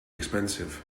expensive